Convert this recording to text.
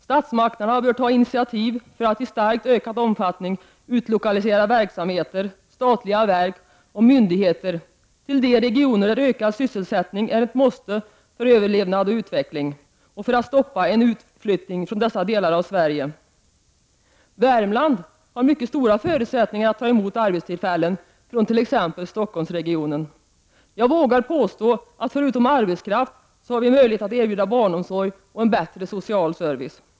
Statsmakterna bör ta initiativ för att i starkt ökad omfattning utlokalisera verksamheter, statliga verk och myndigheter till de regioner där ökad sysselsättning är ett måste för överlevnad och utveckling och för att stoppa en utflyttning från dessa delar av Sverige. Värmland har mycket stora förutsättningar att ta emot arbetstillfällen från t.ex. Stockholmsregionen. Jag vågar påstå att vi förutom arbetskraft har möjlighet att erbjuda barnomsorg och en bättre social service i övrigt.